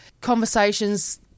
conversations